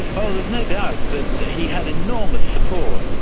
oh, there's no doubt that he had enormous support.